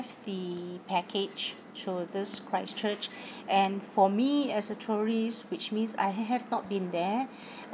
the package to this christchurch and for me as a tourist which means I have not been there